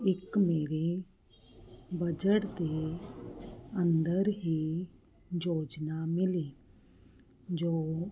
ਇੱਕ ਮੇਰੇ ਬਜਟ ਦੇ ਅੰਦਰ ਹੀ ਯੋਜਨਾ ਮਿਲੀ ਜੋ